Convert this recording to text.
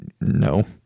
No